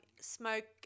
smoke